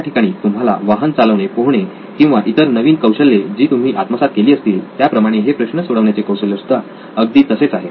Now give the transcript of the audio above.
याठिकाणी तुम्हाला वाहन चालवणे पोहणे किंवा इतर नवीन कौशल्ये जी तुम्ही आत्मसात केली असतील त्याप्रमाणेच हे प्रश्न सोडवण्याचे कौशल्य सुद्धा अगदी तसेच आहे